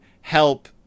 help